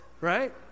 right